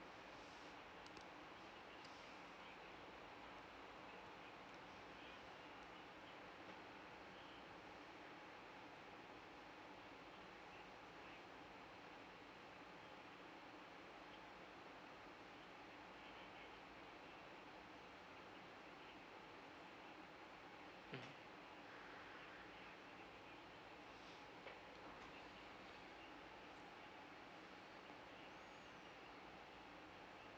hmm